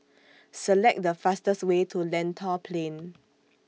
Select The fastest Way to Lentor Plain